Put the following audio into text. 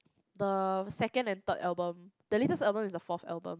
the second and third album the latest album is the fourth album